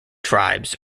tribes